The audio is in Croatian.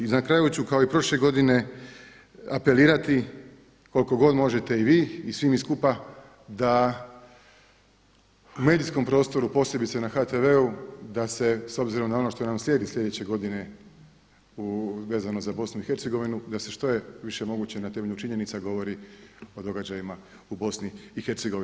I na kraju ću kao i prošle godine apelirati koliko god možete i vi i svi mi skupa da u medijskom prostoru posebice na HTV-u da se s obzirom na ono što nam slijedi sljedeće godine vezano za BiH, da se što je više moguće na temelju činjenica govori o događajima u BiH.